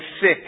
sick